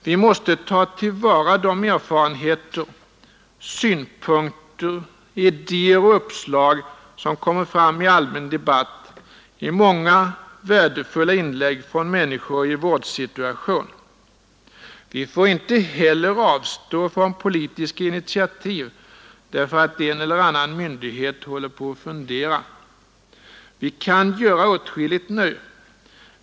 Vi måste ta till vara de erfarenheter, synpunkter, idéer och uppslag som kommer fram i allmän debatt, i många värdefulla inlägg från människor i vårdsituation. Vi får inte heller avstå från politiska initiativ därför att en eller annan myndighet håller på att fundera. Vi kan göra åtskilligt nu.